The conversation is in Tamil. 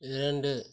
இரண்டு